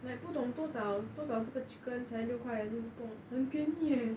like 不懂多少多少这个 chicken 才六块还是不懂很便宜 leh